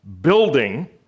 building